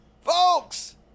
Folks